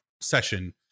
session